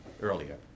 earlier